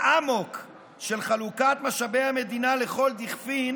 האמוק של חלוקת משאבי המדינה לכל דכפין